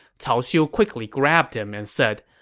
cao xiu quickly grabbed him and said,